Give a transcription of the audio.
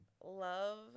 love